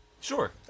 Sure